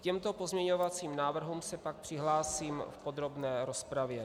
K těmto pozměňovacím návrhům se pak přihlásím v podrobné rozpravě.